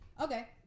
Okay